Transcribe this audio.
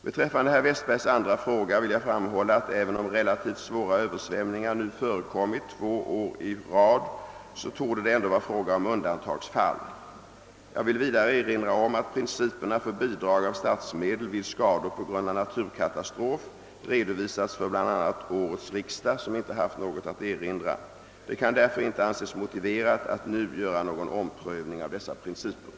Beträffande herr Westbergs andra fråga vill jag framhålla att även om relativt svåra översvämningar nu förekommit två år i rad så torde det ändå vara fråga om undantagsfall. Jag vill vidare erinra om att principerna för bidrag av statsmedel vid skador på grund av naturkatastrof redovisats för bl.a. årets riksdag som inte haft någon erinran. Det kan därför inte anses motiverat att nu göra någon omprövning av dessa principer.